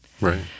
Right